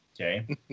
okay